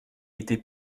était